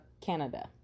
Canada